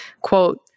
quote